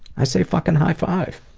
i say fucking high five.